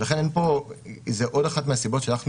ולכן זו עוד אחת מהסיבות שהלכנו